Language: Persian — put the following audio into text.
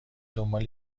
دنبال